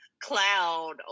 cloud